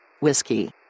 Whiskey